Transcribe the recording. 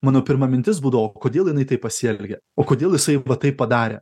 mano pirma mintis būdavo kodėl jinai taip pasielgė o kodėl jisai va taip padarė